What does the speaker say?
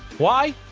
why?